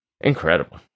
Incredible